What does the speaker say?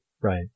Right